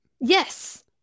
yes